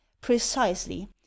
Precisely